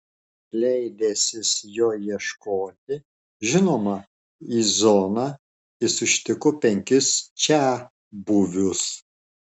leidęsis jo ieškoti žinoma į zoną jis užtiko penkis čiabuvius